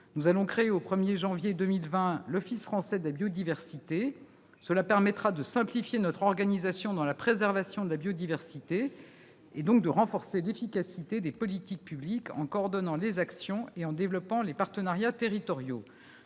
Nous allons créer le 1 janvier 2020 l'Office français de la biodiversité, qui permettra de simplifier notre organisation pour la préservation de la biodiversité et de renforcer l'efficacité des politiques publiques en coordonnant les actions et en développant ses partenariats territoriaux.